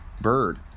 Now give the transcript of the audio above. bird